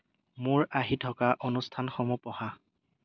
মোৰ আহি থকা অনুষ্ঠানসমূহ পঢ়া